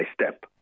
step